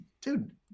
dude